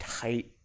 tight